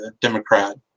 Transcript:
Democrat